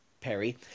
Perry